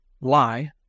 lie